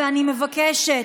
ואני מבקשת,